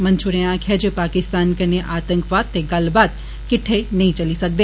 मंत्री होरें आक्खेआ जे पाकिस्तान कन्नै आतंकवाद ते गल्लबात किट्टे नेईं चली सकदे